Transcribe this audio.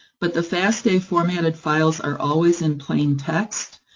but the fasta-formatted files are always in plain text.